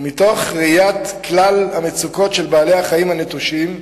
ומתוך ראיית כלל המצוקות של בעלי-החיים הנטושים,